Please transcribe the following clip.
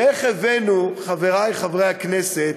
איך הבאנו, חברי חברי הכנסת,